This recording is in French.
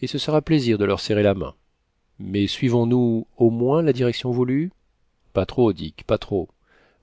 et ce sera plaisir de leur serrer la main mais suivons nous au moins la direction voulue pas trop dick pas trop